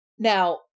Now